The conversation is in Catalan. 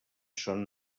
són